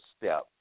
step